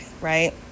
right